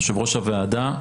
יושב-ראש הוועדה,